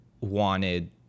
wanted